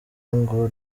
ngo